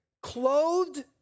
Clothed